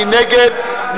מי נגד?